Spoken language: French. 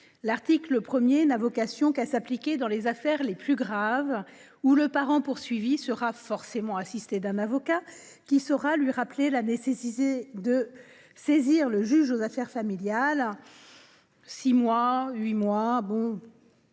L’article 1 n’a vocation à s’appliquer que dans les affaires les plus graves : le parent poursuivi sera forcément assisté d’un avocat, qui saura lui rappeler la nécessité de saisir le juge aux affaires familiales. À ce titre, si